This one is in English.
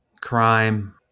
crime